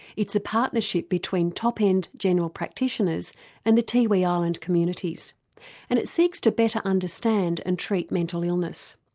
it's a partnership between top end general practitioners and the tiwi island communities and it seeks to better understand and treat mental illness.